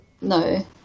No